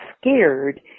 scared